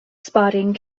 spotting